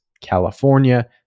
California